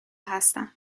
هستم